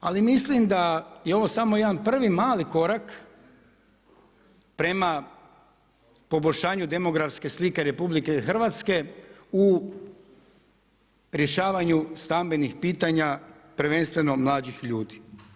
Ali mislim da je ovo samo jedan prvi mali korak prema poboljšanju demografske slike RH u rješavanju stambenih pitanja prvenstveno mlađih ljudi.